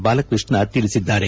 ಬಾಲಕೃಷ್ಣ ತಿಳಿಸಿದ್ದಾರೆ